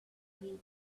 read